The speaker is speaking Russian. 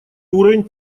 уровень